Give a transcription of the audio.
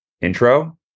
intro